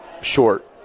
short